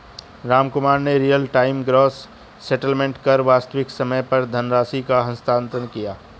रामकुमार ने real time gross settlement कर वास्तविक समय पर धनराशि का हस्तांतरण किया